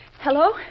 Hello